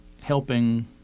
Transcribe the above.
helping